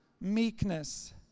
meekness